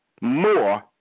more